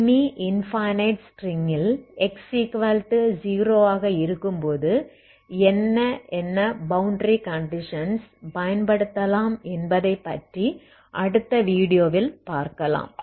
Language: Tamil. செமி இன்பனைட் ஸ்ட்ரிங்-ல் x0ஆக இருக்கும்போது என்ன என்ன பௌண்டரி கண்டிஷன்ஸ் பயன்படுத்தலாம் என்பதை பற்றி அடுத்த வீடியோவில் பார்க்கலாம்